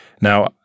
Now